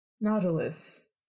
Nautilus